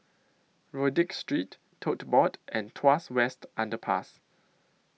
Rodyk Street Tote Board and Tuas West Underpass